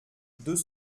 deux